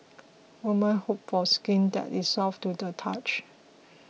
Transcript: women hope for skin that is soft to the touch